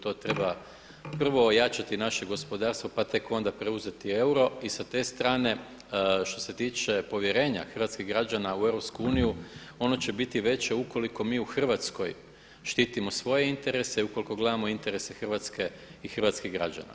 Treba prvo ojačati naše gospodarstvo pa tek onda preuzeti euro i sa te strane što se tiče povjerenje hrvatskih građana u EU ono će biti veće ukoliko mi u Hrvatskoj štitimo svoje interese i ukoliko gledamo interese Hrvatske i hrvatskih građana.